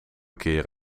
keer